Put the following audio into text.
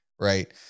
right